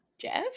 Jeff